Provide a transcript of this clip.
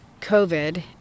COVID